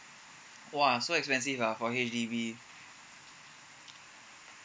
!wah! so expensive ah for H_D_B